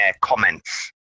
comments